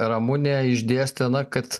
ramunė išdėstė na kad